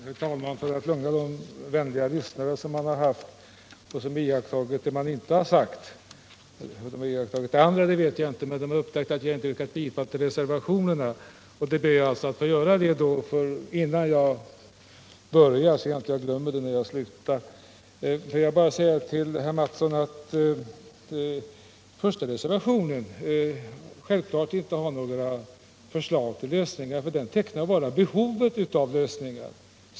Herr talman! För att lugna de vänliga lyssnare jag haft och som uppmärksammat vad jag inte sagt — om de uppmärksammat vad jag sagt, vet jag inte — ber jag nu redan från början av den här repliken att få yrka bifall till de reservationer som fogats till civilutskottets betänkande nr 3, så att jag inte återigen har glömt bort det när jag slutat tala. Får jag sedan bara säga till Kjell Mattsson att det är självklart att den första reservationen inte innehåller några förslag till lösningar, eftersom den bara tecknar behovet av lösningar.